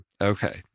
okay